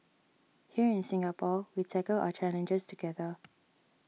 here in Singapore we tackle our challenges together